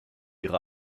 ihre